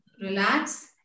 Relax